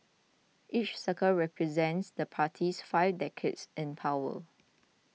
each circle represents the party's five decades in power